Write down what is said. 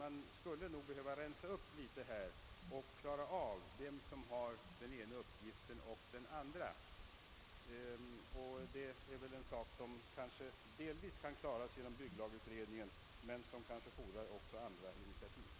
Vi skulle nog behöva rensa upp litet här och klargöra vilken instans som har den ena uppgiften och vilken som har den andra särskilt med hänsyn till genomförandet. En del av dessa brister kommer kanske bygglagutredningen att kunna avhjälpa, men jag tror att det fordras också andra initiativ.